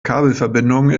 kabelverbindungen